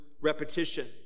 repetition